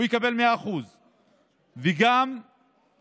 יקבל 100%. אם העובד